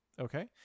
okay